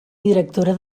directora